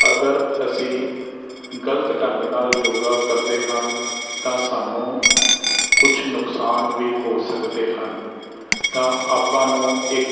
ਅਗਰ ਅਸੀਂ ਗਲਤ ਢੰਗ ਨਾਲ ਯੋਗਾ ਕਰਦੇ ਹਾਂ ਤਾਂ ਸਾਨੂੰ ਕੁਝ ਨੁਕਸਾਨ ਵੀ ਹੋ ਸਕਦੇ ਹਨ ਤਾਂ ਆਪਾਂ ਨੂੰ ਇੱਕ